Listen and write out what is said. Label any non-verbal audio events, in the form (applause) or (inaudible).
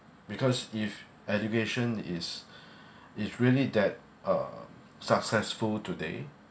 because if education is (breath) is really that uh successful today